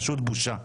פשוט בושה.